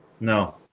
No